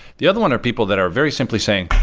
the other one are people that are very simply saying,